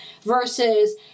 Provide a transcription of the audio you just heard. versus